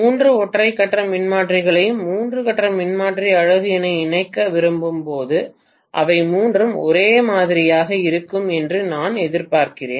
மூன்று ஒற்றை கட்ட மின்மாற்றிகளையும் மூன்று கட்ட மின்மாற்றி அலகு என இணைக்க விரும்பும் போது அவை மூன்றும் ஒரே மாதிரியாக இருக்கும் என்று நான் எதிர்பார்க்கிறேன்